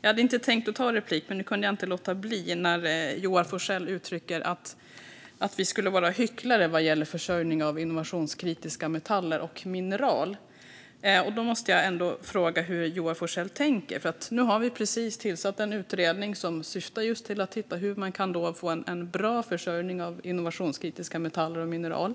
Jag hade inte tänkt att ta replik men kunde inte låta bli när Joar Forssell uttryckte att vi skulle vara hycklare vad gäller försörjningen av innovationskritiska metaller och mineral. Jag måste fråga hur Joar Forssell tänker. Vi har precis tillsatt en utredning som just syftar till att se hur man kan få en bra försörjning av innovationskritiska metaller och mineral.